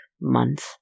month